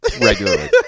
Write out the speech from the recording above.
regularly